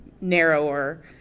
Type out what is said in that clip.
narrower